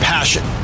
Passion